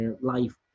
life